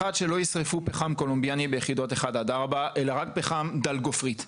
שלא ישרפו פחם קולומביאני ביחידות 1 עד 4 אלא רק פחם דל גופרית.